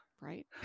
Right